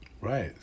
Right